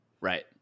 Right